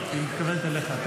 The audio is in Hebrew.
כן.